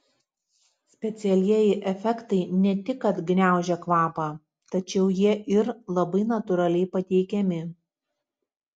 specialieji efektai ne tik kad gniaužia kvapą tačiau jie ir labai natūraliai pateikiami